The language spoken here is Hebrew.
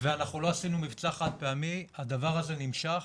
לא עשינו מבצע חד פעמי, הדבר הזה נמשך,